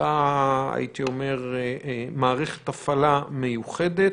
אותה מערכת הפעלה מיוחדת,